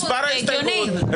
מספר ההסתייגות,